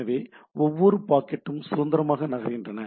எனவே ஒவ்வொரு பாக்கெட்டும் சுதந்திரமாக நகர்கின்றன